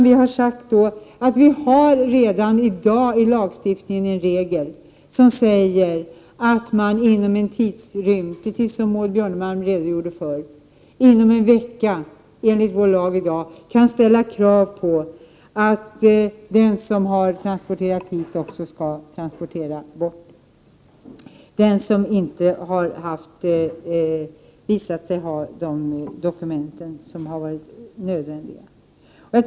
Vi har i stället sagt att vi redan i dag i lagstiftningen har en regel som gör att man, precis som Maud Björnemalm sade, kan ställa krav på att den som transporterat hit också skall transportera härifrån inom en vecka, om vederbörande inte har nödvändiga dokument.